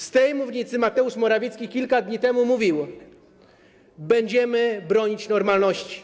Z tej mównicy Mateusz Morawiecki kilka dni temu mówił: będziemy bronić normalności.